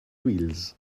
wheels